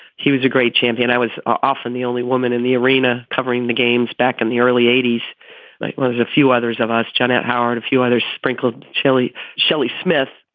he was a great champion. i was often the only woman in the arena covering the games back in the early eighty s. like a few others of us, janet howard, a few others sprinkled chilly shelly smith.